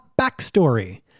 Backstory